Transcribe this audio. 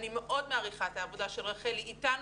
אני מאוד מעריכה את העבודה של רחלי איתנו,